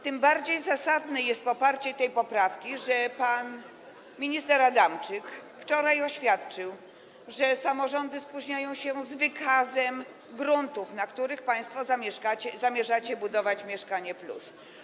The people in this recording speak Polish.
Tym bardziej zasadne jest poparcie tej poprawki, że pan minister Adamczyk wczoraj oświadczył, że samorządy spóźniają się z wykazem gruntów, na których państwo zamierzacie budować w programie „Mieszkanie+”